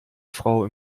frau